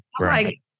Right